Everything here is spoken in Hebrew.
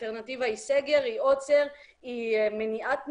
האלטרנטיבה היא סגר, היא עוצר, היא מניעת תנועה.